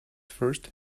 first